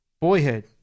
Boyhood